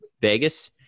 vegas